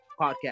Podcast